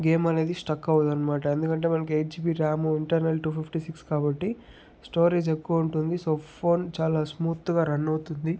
game అనేది struck అవ్వదనమాట ఎందుకంటే మనకి eight GB RAM internal two fifty six కాబట్టి స్టోరేజ్ ఎక్కువ ఉంటుంది సో ఫోన్ చాలా స్మూత్గా రన్ అవుతుంది